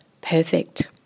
perfect